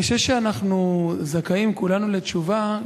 אני חושב שאנחנו זכאים כולנו לתשובה,